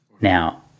Now